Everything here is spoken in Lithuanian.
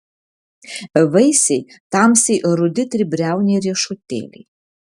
vaisiai tamsiai rudi tribriauniai riešutėliai